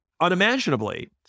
unimaginably